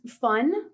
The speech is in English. fun